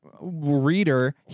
reader